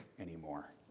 anymore